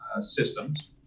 systems